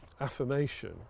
affirmation